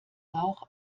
rauch